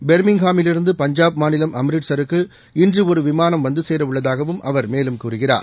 பெர்மிங்ஹாமிலிருந்து பஞ்சாம் மாநிலம் அம்ரிட்ஸருக்கு இன்று ஒரு விமானம் வந்துசேர உள்ளதாகவும் அவர் மேலும் கூறுகிறார்